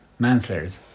Manslayers